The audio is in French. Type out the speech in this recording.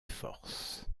forces